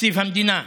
תקציב המדינה.